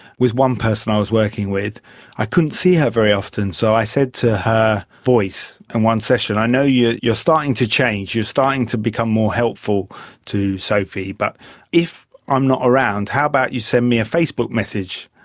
with one person i was working with i couldn't see her very often so i said to her voice in one session, i know you're you're starting to change, you're starting to become more helpful to sophie, but if i'm not around, how about you send me a facebook message.